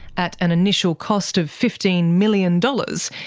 at an initial cost of fifteen million dollars